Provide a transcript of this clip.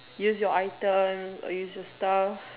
use your item or use your stuff